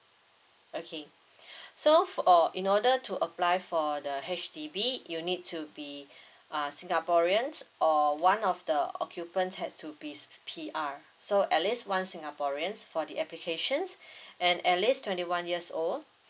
okay so for in order to apply for the H_D_B you need to be uh singaporeans or one of the occupants has to be P_R so at least one singaporeans for the applications and at least twenty one years old